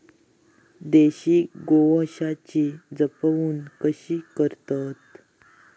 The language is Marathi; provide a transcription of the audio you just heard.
देशी गोवंशाची जपणूक कशी करतत?